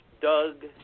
Doug